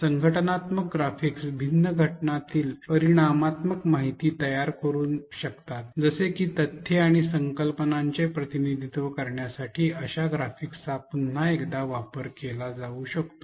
संघटनात्मक ग्राफिक्स भिन्न घटकांमधील परिमाणात्मक माहिती तयार करू शकतात जसे की तथ्ये आणि संकल्पनांचे प्रतिनिधित्व करण्यासाठी अशा ग्राफिक्सचा पुन्हा एकदा वापर केला जाऊ शकतो